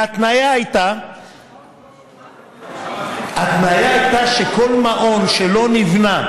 וההתניה הייתה שכל מעון שלא נבנה,